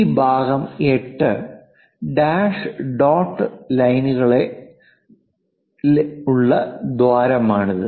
ഈ ഭാഗം 8 dash dot ലൈനുകളുള്ള ദ്വാരമാണിത്